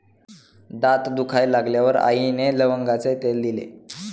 दात दुखायला लागल्यावर आईने लवंगाचे तेल दिले